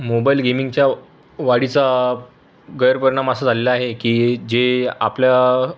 mobile गेमिंगच्या वाढीचा गैरपरिणाम असा झालेला आहे की जे आपल्या